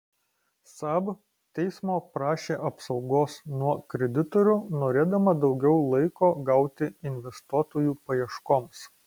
saab teismo prašė apsaugos nuo kreditorių norėdama daugiau laiko gauti investuotojų paieškoms